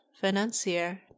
financier